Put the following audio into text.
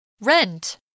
Rent